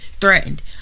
Threatened